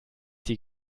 die